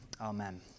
amen